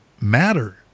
matter